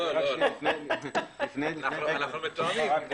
לא, אנחנו מתואמים.